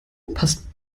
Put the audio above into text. passt